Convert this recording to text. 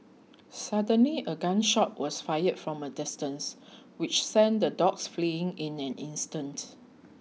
suddenly a gun shot was fired from a distance which sent the dogs fleeing in an instant